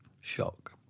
shock